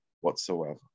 whatsoever